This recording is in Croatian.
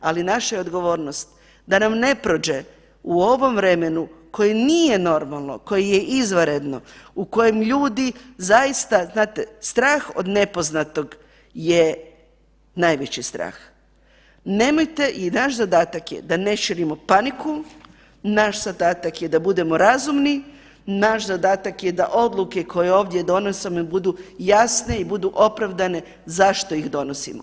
Ali naša je odgovornost da nam ne prođe u ovom vremenu koje nije normalno, koje je izvanredno, u kojem ljudi zaista, znate stah od nepoznatog je najveći strah, nemojte i naš zadatak je da ne širimo paniku, naš zadatak je da budemo razumni, naš zadatak je da odluke koje ovdje donosimo budu jasne i budu opravdane zašto ih donosimo.